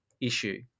issue